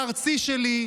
בארצי שלי.